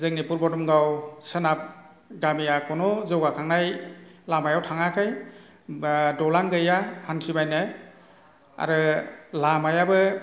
जोंनि पुर्बदन्द'आव सोनाब गामिया खुनु जौगाखांनाय लामायाव थाङाखै दालां गैया हान्थिबायनो आरो लामायाबो